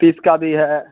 तीस का भी है